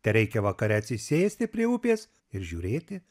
tereikia vakare atsisėsti prie upės ir žiūrėti